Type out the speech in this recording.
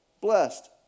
Blessed